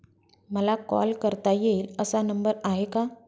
मला कॉल करता येईल असा नंबर आहे का?